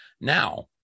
Now